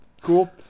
Cool